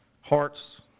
hearts